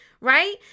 right